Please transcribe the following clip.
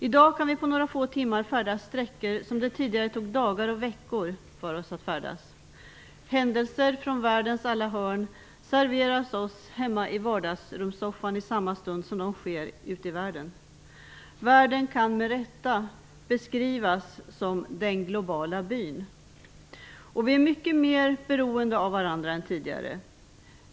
I dag kan vi på några få timmar färdas sträckor som det tidigare tog dagar och veckor för oss att färdas. Händelser från världens alla hörn serveras oss hemma i vardagsrumssoffan i samma stund som de sker ute i världen. Världen kan med rätta beskrivas som den globala byn. Vi är mycket mer beroende av varandra än tidigare.